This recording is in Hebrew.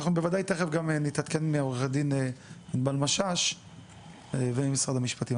אנחנו בוודאי תכף גם נתעדכן מעורכת הדין ענבל משש וממשרד המשפטים.